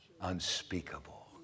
unspeakable